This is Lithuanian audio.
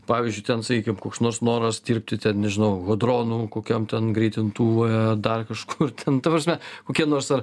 pavyzdžiui ten sakykim koks nors noras dirbti ten nežinau hadronų kokiam ten greitintuve dar kažkur ten ta prasme kokie nors ar